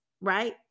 right